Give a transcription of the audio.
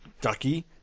Ducky